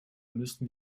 müssen